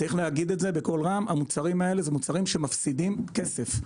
המוצרים האלה הם מוצרים שמפסידים כסף.